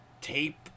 tape